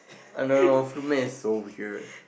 I don't know roommate is so vigilant